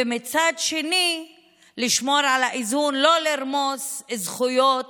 ומצד שני לשמור על האיזון, לא לרמוס זכויות